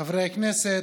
חברי הכנסת,